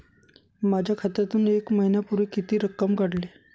माझ्या खात्यातून एक महिन्यापूर्वी किती रक्कम काढली?